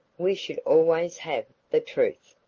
we should always have the truth.